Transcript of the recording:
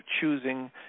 choosing